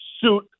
suit